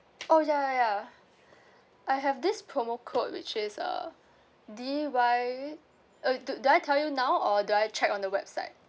oh ya ya ya I have this promo code which is uh D Y uh do do I tell you now or do I check on the website